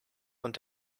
und